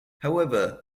however